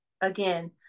again